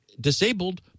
disabled